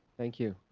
thank you.